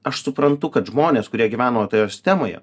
aš suprantu kad žmonės kurie gyveno toje sistemoje